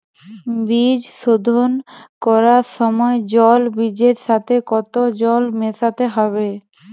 বীজ শোধন করার সময় জল বীজের সাথে কতো জল মেশাতে হবে?